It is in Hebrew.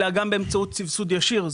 אלא גם באמצעות סבסוד ישיר,